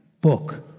book